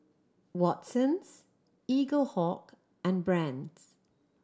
Watsons Eaglehawk and Brand's